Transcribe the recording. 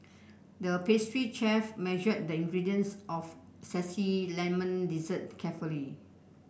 the pastry chef measured the ingredients of zesty lemon dessert carefully